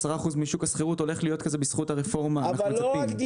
אנחנו מצפים ש-10% משוק השכירות הולך להיות כזה בזכות הרפורמה.